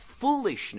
foolishness